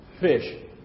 fish